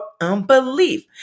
unbelief